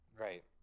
Right